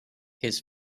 his